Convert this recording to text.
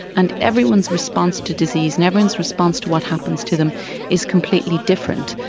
and everyone's response to disease and everyone's response to what happens to them is completely different,